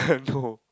no